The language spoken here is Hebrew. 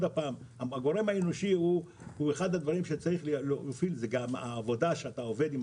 הגורם האנושי אחד הדברים שצריך לחשוב עליהם הוא שבני אדם עובדים.